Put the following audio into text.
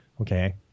okay